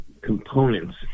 components